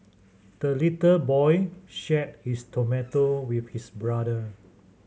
the little boy shared his tomato with his brother